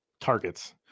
targets